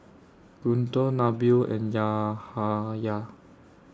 Guntur Nabil and Yahaya